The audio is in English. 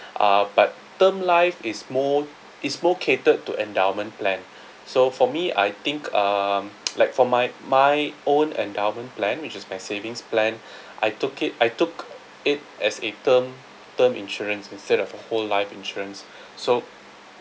uh but term life is more is more catered to endowment plan so for me I think um like for my my own endowment plan which is my savings plan I took it I took it as a term term insurance instead of a whole life insurance so